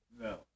No